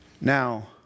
Now